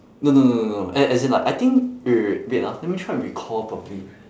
no no no no no a~ as in like I think wait wait wait wait ah let me try and recall properly